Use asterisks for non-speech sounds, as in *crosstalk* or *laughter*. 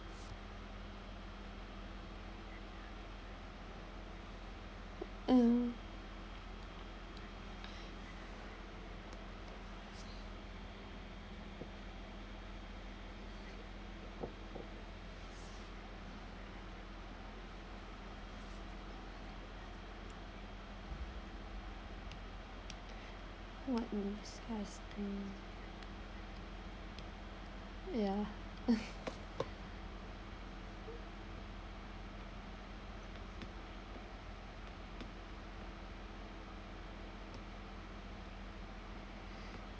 hmm ya *laughs*